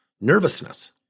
nervousness